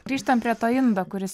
grįžtam prie to indo kuris